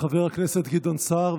חבר הכנסת גדעון סער,